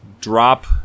drop